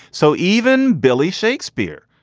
so even billy shakespeare,